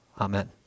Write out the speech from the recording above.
Amen